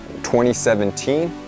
2017